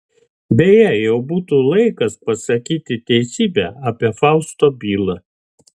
beje jau būtų laikas pasakyti teisybę apie fausto bylą